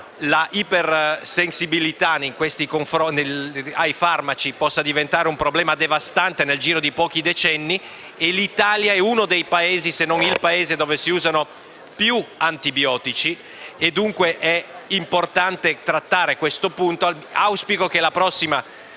la ipersensibilità ai farmaci possa diventare un problema devastante nel giro di pochi decenni e l'Italia è uno dei Paesi, se non il principale, in cui si usano più antibiotici. È pertanto importante trattare questo tema.